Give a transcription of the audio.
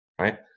Right